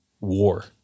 war